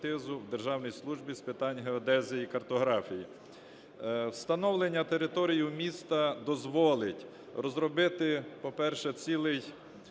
Державній службі з питань геодезії і картографії. Встановлення територію міста дозволить розробити, по-перше, цілий